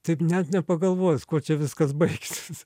taip net nepagalvojęs kuo čia viskas baigsis